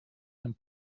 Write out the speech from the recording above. some